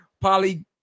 Poly